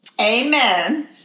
Amen